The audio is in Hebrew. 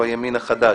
הימין החדש,